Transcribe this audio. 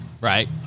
right